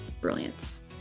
brilliance